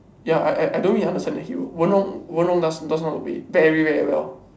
ya I I I don't really understand the Q Wen-Rong does know how to play very very very well